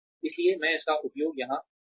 इसलिए मैं इसका उपयोग यहां करूँगा